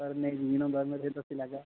sir नेईं जकीन होंदा ते में तुसेंगी दस्सी लैगा